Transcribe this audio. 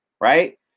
right